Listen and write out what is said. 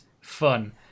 fun